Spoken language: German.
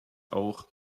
auch